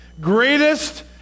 Greatest